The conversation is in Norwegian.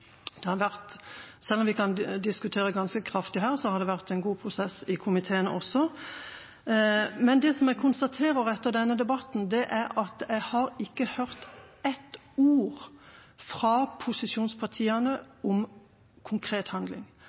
Selv om vi kan diskutere ganske kraftig her, har det vært en god prosess i komiteen også. Men det som jeg konstaterer etter denne debatten, er at jeg ikke har hørt ett ord fra posisjonspartiene om konkret handling.